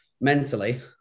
mentally